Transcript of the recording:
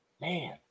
Man